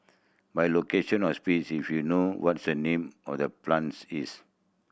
by location or if you know what's the name or the plants is